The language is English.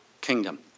kingdom